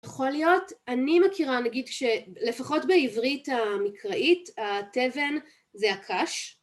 יכול להיות, אני מכירה נגיד, שלפחות בעברית המקראית, התבן זה הקש.